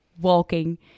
walking